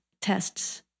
tests